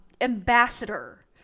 ambassador